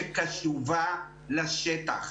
שקשובה לשטח.